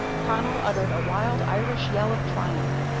connell uttered a wild irish yell of triumph,